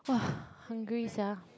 [wah] hungry sia